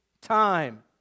time